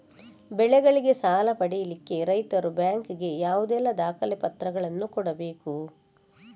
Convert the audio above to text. ಬೆಳೆಗಳಿಗೆ ಸಾಲ ಪಡಿಲಿಕ್ಕೆ ರೈತರು ಬ್ಯಾಂಕ್ ಗೆ ಯಾವುದೆಲ್ಲ ದಾಖಲೆಪತ್ರಗಳನ್ನು ಕೊಡ್ಬೇಕು?